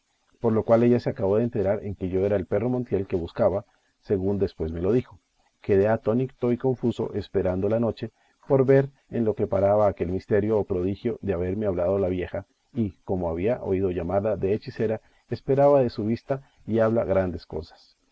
por lo cual ella se acabó de enterar en que yo era el perro montiel que buscaba según después me lo dijo quedé atónito y confuso esperando la noche por ver en lo que paraba aquel misterio o prodigio de haberme hablado la vieja y como había oído llamarla de hechicera esperaba de su vista y habla grandes cosas